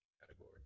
category